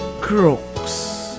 crooks